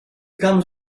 comes